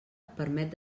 permet